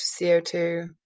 CO2